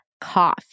cough